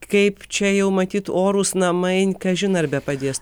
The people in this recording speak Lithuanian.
kaip čia jau matyt orūs namai kažin ar bepadės